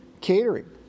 catering